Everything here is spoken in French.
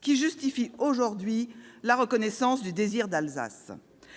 qui justifie aujourd'hui la reconnaissance du « désir d'Alsace